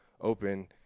open